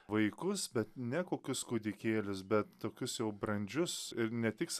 vaikus bet ne kokius kūdikėlius bet tokius jau brandžius ir ne tiks